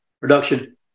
production